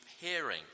hearing